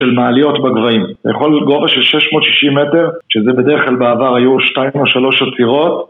של מעליות בגבהים. בכל גובה של 660 מטר, שזה בדרך כלל בעבר היו 2 או 3 עצירות,